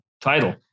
title